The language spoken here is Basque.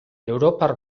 europar